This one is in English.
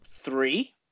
three